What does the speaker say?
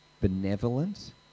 benevolent